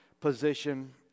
position